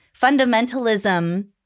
fundamentalism